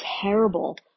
terrible